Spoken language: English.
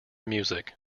music